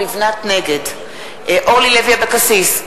אורלי לוי אבקסיס,